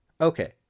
Okay